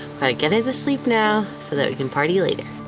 and gather the sleep now so that we can party later.